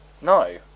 No